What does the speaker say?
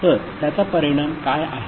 तर त्याचा परिणाम काय आहे